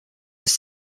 was